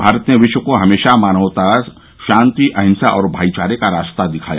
भारत ने विश्व को हमेशा मानवता शांति अहिंसा और भाईचारे का रास्ता दिखाया